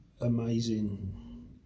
amazing